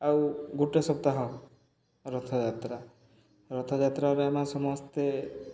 ଆଉ ଗୋଟେ ସପ୍ତାହ ରଥଯାତ୍ରା ରଥଯାତ୍ରାରେ ଆମେ ସମସ୍ତେ